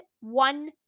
one